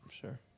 sure